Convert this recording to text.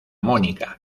mónica